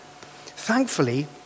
Thankfully